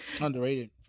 underrated